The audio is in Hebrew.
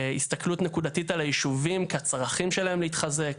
הסתכלות נקודתית על היישובים כצרכים שלהם להתחזק.